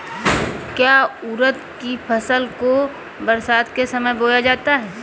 क्या उड़द की फसल को बरसात के समय बोया जाता है?